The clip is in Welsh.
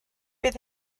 bydd